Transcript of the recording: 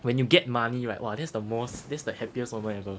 when you get money right !wah! that's the most that's the happiest moment ever